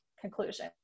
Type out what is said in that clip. conclusion